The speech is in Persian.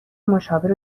مشاور